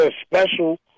special